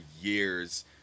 years